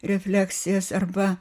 refleksijas arba